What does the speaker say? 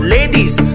Ladies